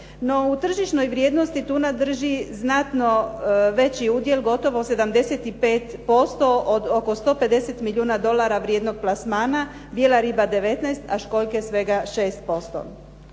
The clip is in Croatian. u tržišnoj vrijednosti tuna drži znatno veći udjel gotovo 75% od oko 150 milijuna dolara vrijednog plasmana, bijela riba 19, a školjke svega 6%.